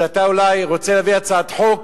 שאתה אולי רוצה להביא הצעת חוק